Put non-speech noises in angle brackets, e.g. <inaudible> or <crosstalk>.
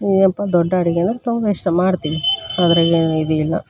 <unintelligible> ದೊಡ್ಡ ಅಡುಗೆ ಅಂದರೆ ತುಂಬ ಇಷ್ಟ ಮಾಡ್ತೀವಿ ಅದ್ರಾಗೇನೂ ಇದಿಲ್ಲ